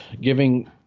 giving –